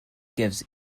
gives